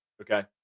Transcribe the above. Okay